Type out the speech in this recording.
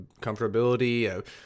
comfortability